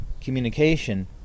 communication